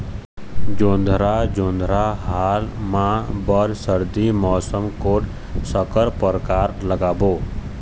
जोंधरा जोन्धरा हाल मा बर सर्दी मौसम कोन संकर परकार लगाबो?